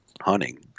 hunting